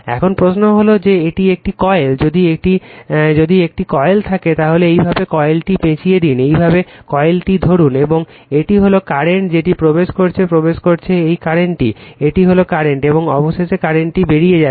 এখন প্রশ্ন হল যে এটি একটি কয়েল যদি একটি কয়েল থাকে তাহলে এইভাবে কয়েলটি পেঁচিয়ে দিন এইভাবে কয়েলটি ধরুন এবং এটি হল কারেন্ট যেটি প্রবেশ করছে প্রবেশ করছে এই কারেন্টটি এটি হল কারেন্ট এবং অবশেষে কারেন্টটি বেরিয়ে যাচ্ছে